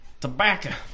Tobacco